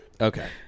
okay